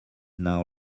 now